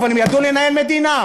אבל הם ידעו לנהל מדינה.